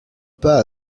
pas